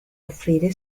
offrire